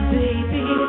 baby